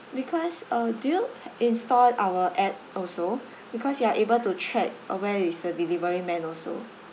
because uh do you install our app also because you are able to track uh where is the delivery man also